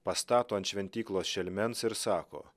pastato ant šventyklos šelmens ir sako